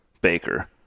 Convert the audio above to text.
Baker